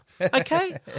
okay